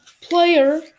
player